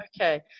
okay